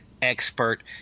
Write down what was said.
Expert